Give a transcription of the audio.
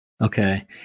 Okay